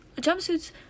Jumpsuits